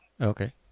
Okay